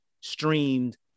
streamed